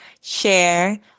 share